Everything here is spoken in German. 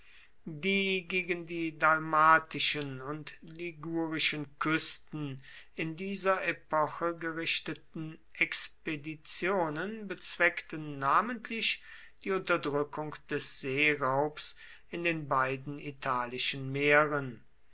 die gegen die dalmatischen und ligurischen küsten in dieser epoche gerichteten expeditionen bezweckten namentlich die unterdrückung des seeraubs in den beiden italischen meeren